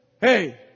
hey